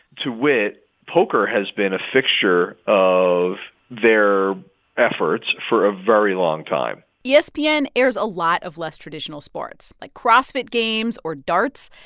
to wit, poker has been a fixture of their efforts for a very long time yeah espn ah and airs a lot of less traditional sports, like crossfit games or darts.